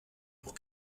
pour